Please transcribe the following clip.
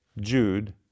Jude